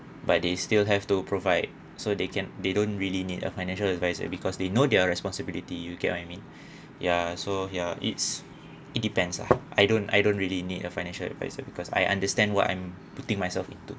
but they still have to provide so they can they don't really need a financial advisor because they know their responsibility you get what I mean ya so ya it's it depends lah I don't I don't really need a financial advisor because I understand what I'm putting myself into